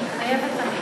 מתחייבת אני